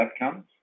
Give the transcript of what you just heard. outcomes